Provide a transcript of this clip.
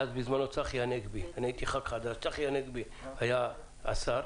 צחי הנגבי היה השר,